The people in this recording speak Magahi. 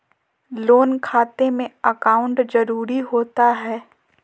लोन खाते में अकाउंट जरूरी होता है?